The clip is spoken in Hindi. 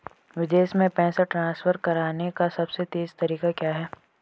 विदेश में पैसा ट्रांसफर करने का सबसे तेज़ तरीका क्या है?